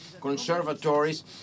conservatories